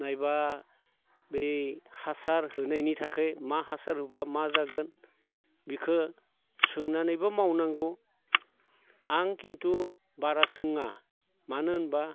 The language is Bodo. नङाबा बै हासार होनायनि थाखाय मा हासार होबा मा जागोन बेखौ सोंनानैबो मावनांगौ आं खिन्थु बारा सोङा मानो होनबा